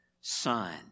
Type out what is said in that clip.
Son